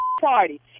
party